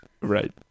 Right